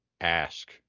ask